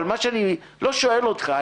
אני לא שואל אותך.